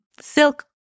silk